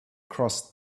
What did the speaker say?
crossed